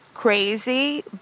Crazy